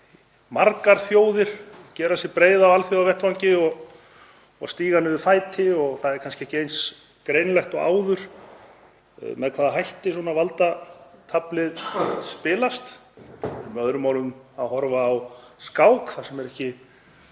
margar þjóðir gera sig breiðar á alþjóðavettvangi og stíga niður fæti og það er kannski ekki eins greinilegt og áður með hvaða hætti valdataflið spilast. Við erum með öðrum orðum að horfa á skák þar sem ekki